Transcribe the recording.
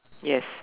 yes